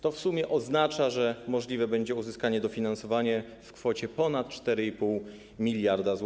To w sumie oznacza, że możliwe będzie uzyskanie dofinansowania w kwocie ponad 4,5 mld zł.